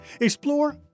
Explore